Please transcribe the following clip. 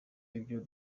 ibyo